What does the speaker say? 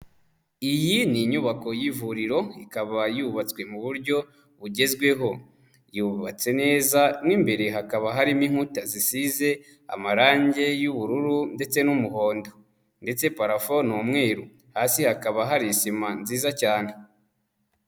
Iyi ni inyubako y'ivuriro ikaba yubatswe mu buryo bugezweho, yubatse neza mo imbere hakaba harimo inkuta zisize amarange y'ubururu ndetse n'umuhondo ndetse parafo ni umweruru, hasi hakaba hari isima nziza cyane.